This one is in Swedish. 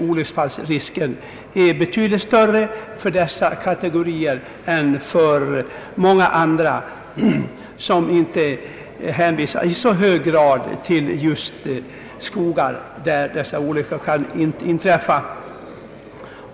Olycksfallsrisken är betydligt större för dessa kategorier än för andra som inte är hänvisade till att i samma utsträckning färdas i skogar där sammanstötning med älgar kan inträffa.